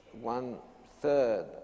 one-third